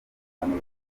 bantu